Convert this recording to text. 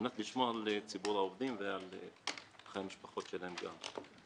על מנת לשמור על ציבור העובדים ועל המשפחות שלהם גם,